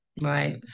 Right